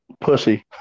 Pussy